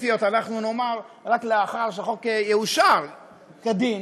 הספציפיות נאמר רק לאחר שהחוק יאושר כדין,